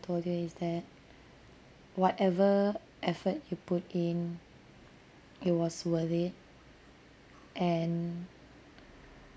told you is that whatever effort you put in it was worth it and